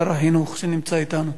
שר החינוך שנמצא אתנו.